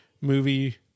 movie